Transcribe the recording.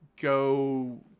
go